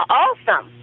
awesome